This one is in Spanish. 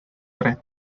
tres